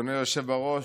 אדוני היושב בראש,